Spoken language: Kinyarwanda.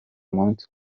munsi